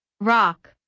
Rock